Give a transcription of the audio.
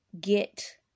get